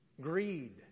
greed